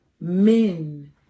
men